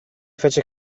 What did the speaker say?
fece